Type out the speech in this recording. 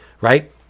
right